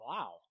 Wow